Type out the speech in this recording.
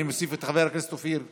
אני מוסיף את חבר הכנסת אופיר כץ,